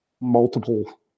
multiple